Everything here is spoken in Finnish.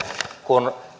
kun